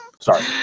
Sorry